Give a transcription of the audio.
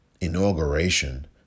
inauguration